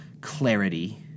clarity